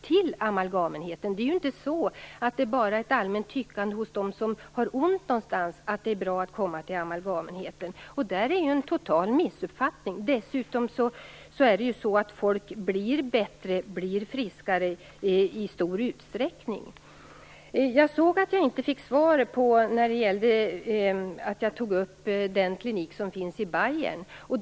Det är inte bara fråga om ett allmänt tyckande hos dem som har ont någonstans att det är bra att komma till amalgamenheten. Det är en total missuppfattning. Dessutom är det ju så att folk i stor utsträckning blir bättre och friskare. Jag fick inte svar när jag tog upp den klinik som finns i Bayern.